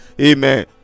Amen